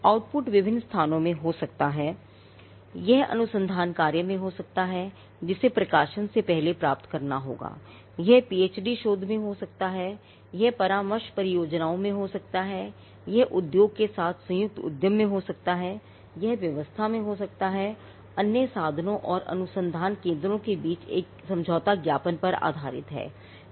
output विभिन्न स्थानों में हो सकता है यह अनुसंधान कार्य में हो सकता है जिसे प्रकाशन से पहले प्राप्त करना होगा यह पीएचडी शोध में हो सकता है यह परामर्श परियोजनाओं में हो सकता है यह उद्योग के साथ संयुक्त उद्यम में हो सकता है यह व्यवस्था में हो सकता है अन्य संस्थानों और अनुसंधान केंद्रों के बीच एक समझौता ज्ञापन पर आधारित है